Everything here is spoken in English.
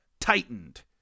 tightened